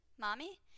Mommy